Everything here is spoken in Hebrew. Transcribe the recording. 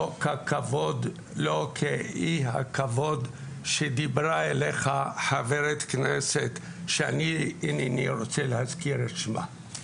לא כאי הכבוד שדיברה אליך חברת הכנסת שאני אינני רוצה להזכיר את שמה.